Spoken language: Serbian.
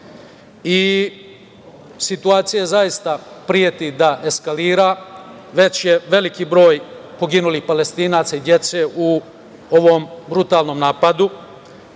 Al-Aksa. Situacija zaista preti da eskalira. Već je veliki broj poginulih Palestinaca i dece u ovom brutalnom napadu.